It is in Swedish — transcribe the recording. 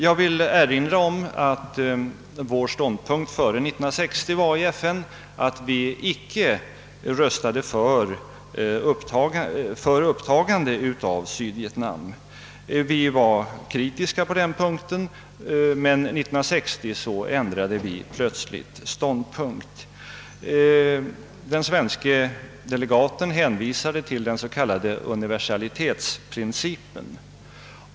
Jag vill erinra om att Sveriges ståndpunkt i FN före 1960 var att icke rösta för upptagande av Sydvietnam. 1960 ändrade man plötsligt ståndpunkt. Den svenske delegaten hänvisade till den s.k. universalitetsprincipen.